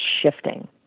shifting